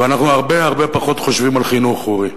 ואנחנו הרבה הרבה פחות חושבים על חינוך, אורי,